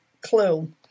clue